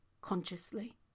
consciously